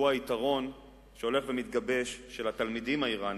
והוא היתרון שהולך ומתגבש של התלמידים האירנים,